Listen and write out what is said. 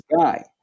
guy